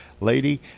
Lady